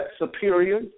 superior